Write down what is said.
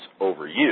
overused